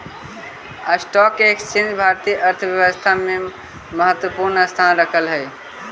stock exchange भारतीय अर्थव्यवस्था में महत्वपूर्ण स्थान रखऽ हई